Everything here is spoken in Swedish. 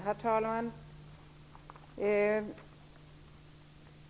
Herr talman!